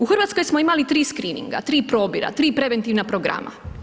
U Hrvatskoj smo imali tri screeninga, tri probira, tri preventivna programa.